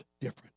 different